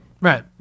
Right